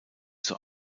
zur